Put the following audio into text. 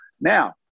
Now